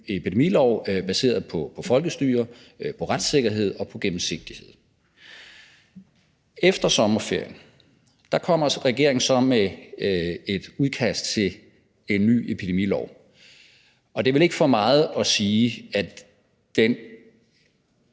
en ny epidemilov baseret på folkestyre, på retssikkerhed og på gennemsigtighed. Efter sommerferien kommer regeringen så med et udkast til en ny epidemilov, og det er vel ikke for meget at sige, at det